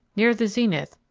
near the zenith,